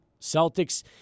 Celtics